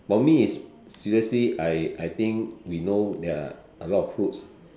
for me is seriously I I think we know there are a lot of foods